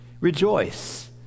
Rejoice